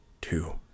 two